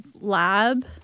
lab